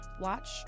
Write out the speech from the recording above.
Watch